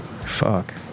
Fuck